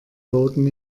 boden